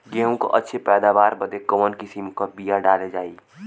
गेहूँ क अच्छी पैदावार बदे कवन किसीम क बिया डाली जाये?